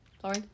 Sorry